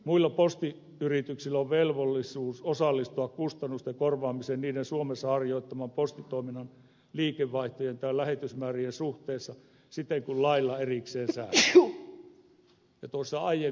muilla postiyrityksillä on velvollisuus osallistua kustannusten korvaamiseen niiden suomessa harjoittaman postitoiminnan liikevaihtojen tai lähetysmäärien suhteessa siten kuin lailla erikseen säädetään